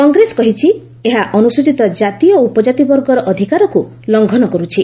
କଂଗ୍ରେସ କହିଛି ଏହା ଅନୁସ୍କଚିତ ଜାତି ଓ ଉପଜାତି ବର୍ଗର ଅଧିକାରକୁ ଲଂଘନ କରୁଛି